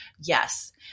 Yes